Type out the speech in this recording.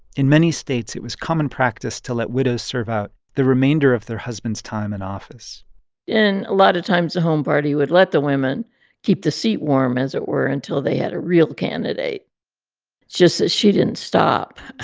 in many states, it was common practice to let widows serve out the remainder of their husband's time in office and a lot of times, the home party would let the women keep the seat warm, as it were, until they had a real candidate. it's just that she didn't stop